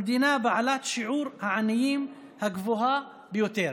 המדינה בעלת שיעור העניים הגבוה ביותר.